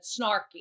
snarky